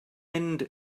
mynd